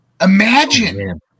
Imagine